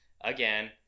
again